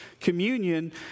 communion